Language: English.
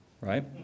right